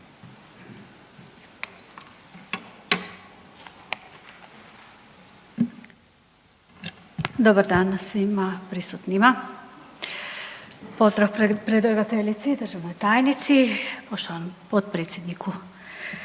Dobar dan svima prisutnima. Pozdrav predlagateljici, državnoj tajnici, poštovanom potpredsjedniku